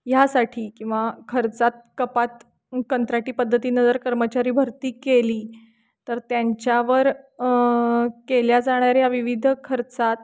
ह्यासाठी किंवा खर्चात कपात कंत्राटी पद्धतीनं जर कर्मचारी भरती केली तर त्यांच्यावर केल्या जाणाऱ्या विविध खर्चात